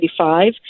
1985